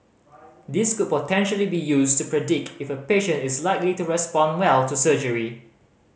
this could potentially be used to predict if a patient is likely to respond well to surgery